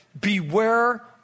Beware